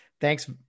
thanks